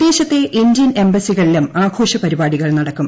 വിദേശത്തെ Indian എംബസികളിലും ആഘോഷ പരിപാടികൾ നടക്കും